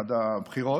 עד הבחירות.